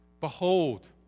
Behold